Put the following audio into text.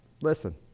listen